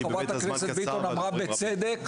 חברת הכנסת ביטון אמרה בצדק,